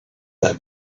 their